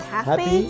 Happy